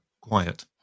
quiet